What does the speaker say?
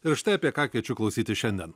ir štai apie ką kviečiu klausytis šiandien